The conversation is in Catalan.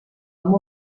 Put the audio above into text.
amb